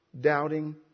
doubting